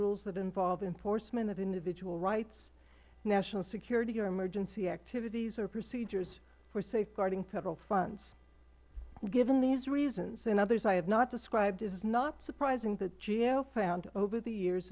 rules that involve enforcement of individual rights national security and emergency activities or procedures for safeguarding federal funds given these reasons and others i have not described it is not surprising that gao found over the years